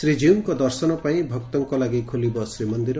ଶ୍ରୀଜୀଉଙ୍କୁ ଦର୍ଶନ ପାଇଁ ଭକ୍ତଙ୍କ ଲାଗି ଖୋଲିବ ଶ୍ରୀମନ୍ଦିର